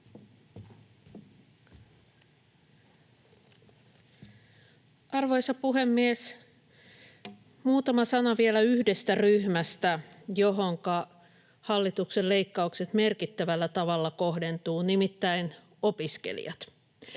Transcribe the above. Arvoisa puhemies! Muutama sana vielä yhdestä ryhmästä, johonka hallituksen leikkaukset merkittävällä tavalla kohdentuvat, nimittäin opiskelijoista.